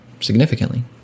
significantly